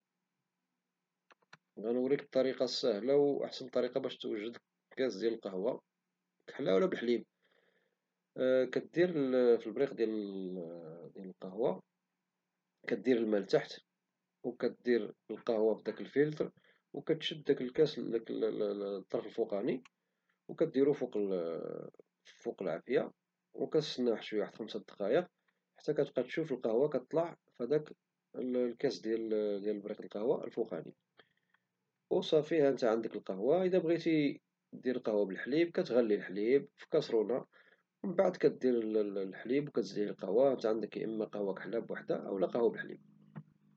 نوريك أسهل وأحسن طريقة باش توجد كاس ديال القهوة، كحلة أو بالحليب، كدير الماء في البريق ديال القهوة، الماء كديرو تحت، وكدير القهوة في داك الفيلتر، وكتشد الكاس الفوقاني د البريقوكديرو فوق العافية. وكتستنا واحد شوية، واحد خمسة د دقايق، كتبقى تشوف القهوة كطلع في الكاس ديال البريق د القهوة الفوقاني، وصافي ها انت عندك القهوة وإذا بغيتي ديرها بالحليب كتغلي الحليب في كاسرولة ومن بعد كدير القهوة والحليب ، وها انت عنك يا إما قهوة كحلة أو قهوة بالحليب.